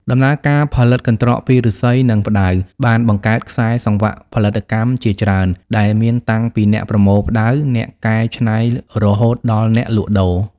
ដំណើរការផលិតកន្ត្រកពីឫស្សី និងផ្តៅបានបង្កើតខ្សែសង្វាក់ផលិតកម្មជាច្រើន ដែលមានតាំងពីអ្នកប្រមូលផ្តៅ អ្នកកែច្នៃរហូតដល់អ្នកលក់ដូរ។